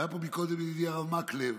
והיה פה קודם ידידי הרב מקלב,